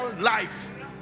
life